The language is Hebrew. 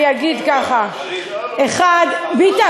אני אגיד ככה: 1. ביטן,